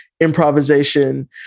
improvisation